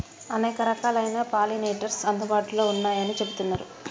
అనేక రకాలైన పాలినేటర్స్ అందుబాటులో ఉన్నయ్యని చెబుతున్నరు